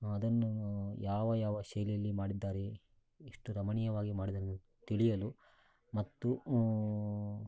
ಅದನ್ನೂ ಯಾವ ಯಾವ ಶೈಲಿಯಲ್ಲಿ ಮಾಡಿದ್ದಾರೆ ಎಷ್ಟು ರಮಣೀಯವಾಗಿ ಮಾಡಿದರು ತಿಳಿಯಲು ಮತ್ತು